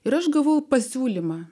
ir aš gavau pasiūlymą